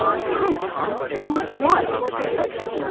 fine, tom. do what you want. it's a free country.